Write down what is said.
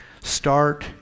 start